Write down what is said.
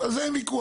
על זה אין וויכוח,